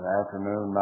afternoon